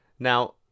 Now